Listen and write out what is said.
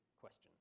question